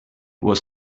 was